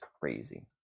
crazy